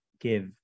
give